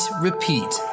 Repeat